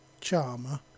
Charmer